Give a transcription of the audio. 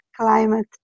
climate